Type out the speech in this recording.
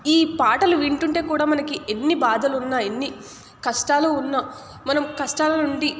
ఈ పాటలు వింటుంటే కూడా మనకి ఎన్ని బాధలున్నా ఎన్ని కష్టాలు ఉన్నా మనం కష్టాల నుండి